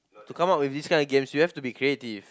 to come up with these kind of games we have to be creative